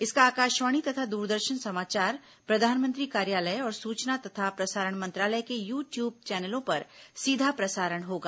इसका आकाशवाणी तथा दूरदर्शन समाचार प्रधानमंत्री कार्यालय और सूचना तथा प्रसारण मंत्रालय के यू टयूब चैनलों पर सीधा प्रसारण होगा